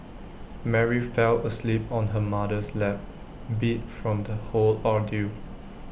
Mary fell asleep on her mother's lap beat from the whole ordeal